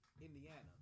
Indiana